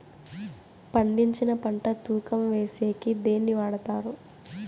పండించిన పంట తూకం వేసేకి దేన్ని వాడతారు?